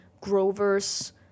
Grover's